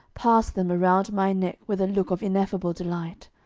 passed them around my neck with a look of ineffable delight.